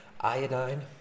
iodine